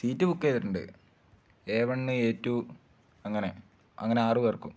seat book ചെയ്തിട്ടുണ്ട് A one A two അങ്ങനെ അങ്ങനെ ആറു പേർക്കും